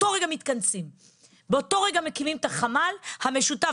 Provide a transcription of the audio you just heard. מתכנסים באותו רגע ומקימים את החמ"ל המשותף